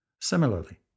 Similarly